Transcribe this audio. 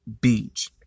beach